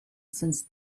since